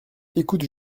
ecoute